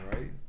right